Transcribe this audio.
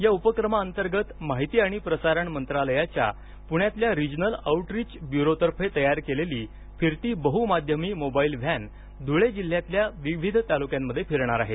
या उपक्रमाअंतर्गत माहिती आणि प्रसारण मंत्रालयाच्या पुण्यातील रिजनल आऊटरीच ब्युरोतर्फे तयार केलेली फिरती बहुमाध्यमी मोबाईल व्हॅन धुळे जिल्ह्यातल्या विविध तालुक्यात फिरणार आहे